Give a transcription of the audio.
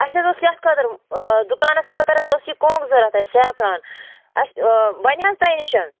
اَسہِ حظ اوس یَتھ خٲطرٕ دُکانَس خٲطرٕ حظ اوس یہِ کۅنٛگ ضروٗرت اَسہِ سیفران اَسہِ بَنیٛا تۄہہِ نِش